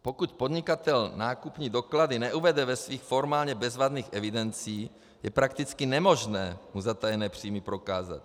Pokud podnikatel nákupní doklady neuvede ve svých formálně bezvadných evidencích, je prakticky nemožné mu zatajené příjmy prokázat.